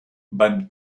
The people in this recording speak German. beim